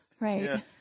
Right